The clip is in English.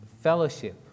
fellowship